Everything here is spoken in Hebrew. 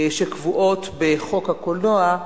שקבועות בחוק הקולנוע,